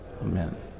Amen